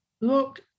look